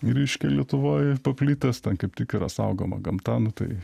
reiškia lietuvoj paplitęs ten kaip tik yra saugoma gamta nu tai